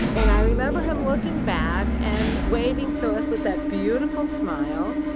and i remember him looking back, and waving to us with that beautiful smile,